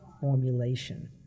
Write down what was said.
formulation